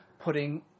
putting